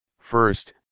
first